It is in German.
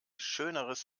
schöneres